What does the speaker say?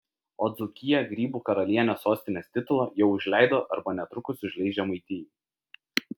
o dzūkija grybų karalienės sostinės titulą jau užleido arba netrukus užleis žemaitijai